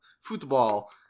football